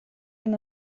him